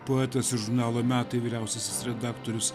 poetas ir žurnalo metai vyriausiasis redaktorius